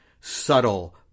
subtle